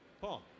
Paul